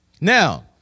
Now